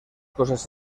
cosas